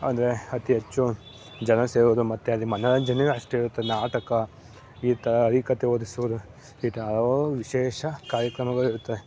ಅಂದರೆ ಅತಿ ಹೆಚ್ಚು ಜನ ಸೇರುವುದು ಮತ್ತೆ ಅಲ್ಲಿ ಮನೋರಂಜನೆಯೂ ಅಷ್ಟೇ ಇರುತ್ತೆ ನಾಟಕ ಈ ಥರ ಹರಿಕತೆ ಓದಿಸುವುದು ಈ ಥರ ಹಲವು ವಿಶೇಷ ಕಾರ್ಯಕ್ರಮಗಳಿರುತ್ತದೆ